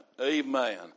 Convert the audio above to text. amen